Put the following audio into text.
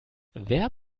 wer